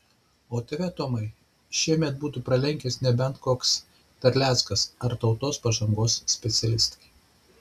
o tave tomai šiemet būtų pralenkęs nebent koks terleckas ar tautos pažangos specialistai